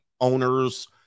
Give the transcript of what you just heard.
owners